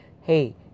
hey